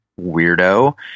weirdo